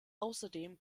außerdem